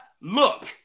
Look